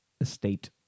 estate